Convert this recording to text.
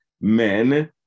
men